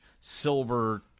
silver